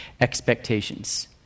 expectations